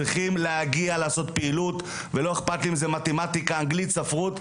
צריכים להגיע לעשות פעילות ולא איכפת לי אם זה מתמטיקה אנגלית ספרות,